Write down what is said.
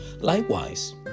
Likewise